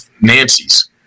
Nancy's